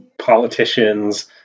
politicians